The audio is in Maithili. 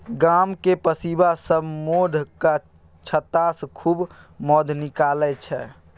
गामक पसीबा सब मौधक छत्तासँ खूब मौध निकालै छै